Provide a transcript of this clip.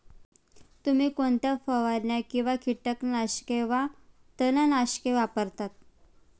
तुम्ही कोणत्या फवारण्या किंवा कीटकनाशके वा तणनाशके वापरता?